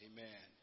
Amen